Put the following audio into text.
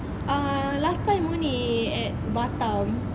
ah last time only at batam